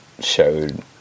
showed